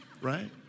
right